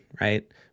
right